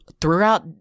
throughout